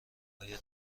آیا